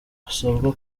basabwa